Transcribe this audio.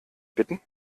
bitten